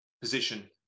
position